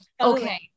Okay